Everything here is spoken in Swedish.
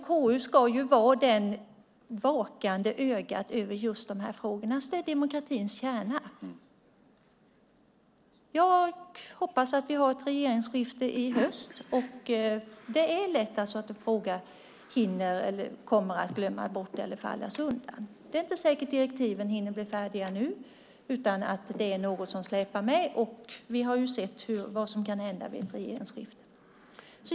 KU ska vara det vakande ögat över just dessa frågor. Det är demokratins kärna. Jag hoppas att vi får ett regeringsskifte i höst. Det är lätt att en fråga kommer att glömmas bort eller falla undan. Det är inte säkert att direktiven nu hinner bli färdiga. Det kan bli något som släpar med. Vi har sett vad som kan hända vid ett regeringsskifte.